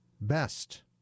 Best